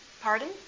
Pardon